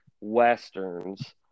westerns